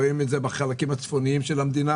רואים את זה בחלקים הצפוניים של המדינה.